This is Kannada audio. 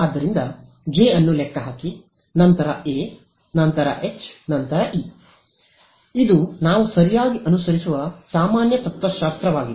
ಆದ್ದರಿಂದ ಜೆ ಅನ್ನು ಲೆಕ್ಕಹಾಕಿ ನಂತರ ಎ → ಎಚ್ → ಇ ಇದು ನಾವು ಸರಿಯಾಗಿ ಅನುಸರಿಸುವ ಸಾಮಾನ್ಯ ತತ್ವಶಾಸ್ತ್ರವಾಗಿದೆ